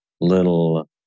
little